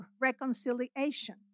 reconciliation